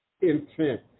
intent